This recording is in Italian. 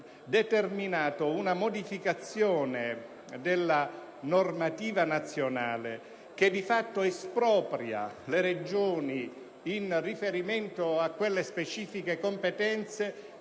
determinato una modificazione della normativa nazionale, che di fatto espropria le Regioni in riferimento a quelle specifiche competenze,